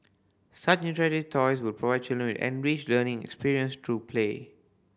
such interactive toys will provide children an enriched learning experience through play